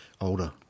older